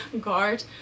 guard